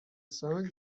cinq